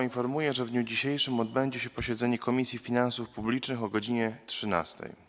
Informuję, że w dniu dzisiejszym odbędzie się posiedzenie Komisji Finansów Publicznych - o godz. 13.